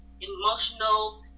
emotional